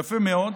יפה מאוד.